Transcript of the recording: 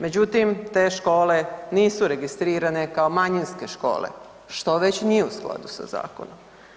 Međutim, te škole nisu registrirane kao manjinske škole, što već nije u skladu sa zakonom.